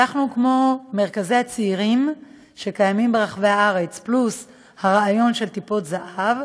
לקחנו כמו מרכזי צעירים שקיימים ברחבי הארץ פלוס הרעיון של "טיפות זהב",